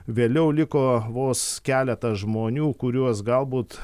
vėliau liko vos keletą žmonių kuriuos galbūt